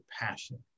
passion